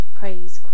praise